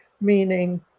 meaning